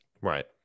Right